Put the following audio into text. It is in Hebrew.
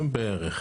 בערך.